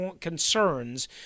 concerns